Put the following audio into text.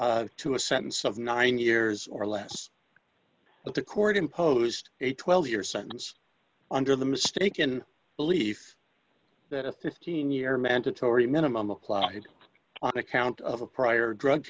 to a sentence of nine years or less that the court imposed a twelve year sentence under the mistaken belief that a fifteen year mandatory minimum applied on account of a prior drug